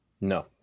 No